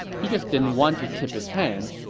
he just didn't want to tip his hand